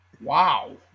Wow